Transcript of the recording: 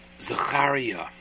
Zachariah